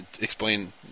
explain